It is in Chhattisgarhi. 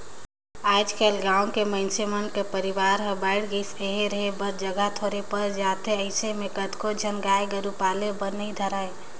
आयज कायल गाँव के मइनसे मन के परवार हर बायढ़ गईस हे, रहें बर जघा थोरहें पर जाथे अइसन म कतको झन ह गाय गोरु पाले बर नइ धरय